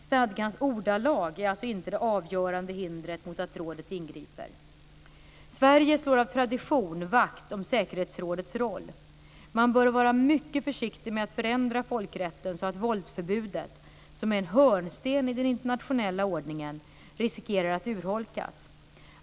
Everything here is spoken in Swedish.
Stadgans ordalag är alltså inte det avgörande hindret mot att rådet ingriper. Sverige slår av tradition vakt om säkerhetsrådets roll. Man bör vara mycket försiktig med att förändra folkrätten så att våldsförbudet - som är en hörnsten i den internationella ordningen - riskerar att urholkas.